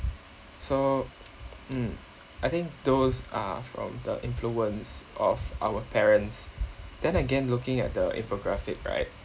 so mm I think those are from the influence of our parents then again looking at the infographic right